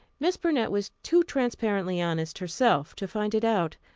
miss burnett was too transparently honest herself to find it out.